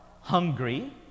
hungry